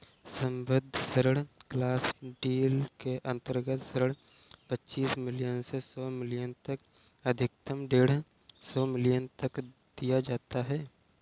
सम्बद्ध ऋण club deal के अंतर्गत ऋण पच्चीस मिलियन से सौ मिलियन तक अधिकतम डेढ़ सौ मिलियन तक दिया जाता है